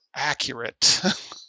Accurate